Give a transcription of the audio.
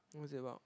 who is it about